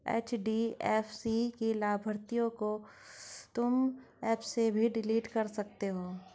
HDFC की लाभार्थियों तुम एप से भी डिलीट कर सकते हो